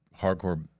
Hardcore